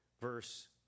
Verse